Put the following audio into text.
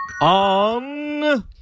on